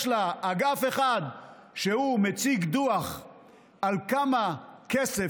יש לה אגף אחד שמציג דוח על כמה כסף